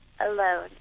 alone